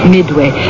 Midway